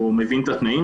מבין את התנאים